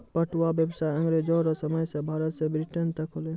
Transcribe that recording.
पटुआ व्यसाय अँग्रेजो रो समय से भारत से ब्रिटेन तक होलै